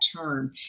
term